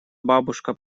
бабушка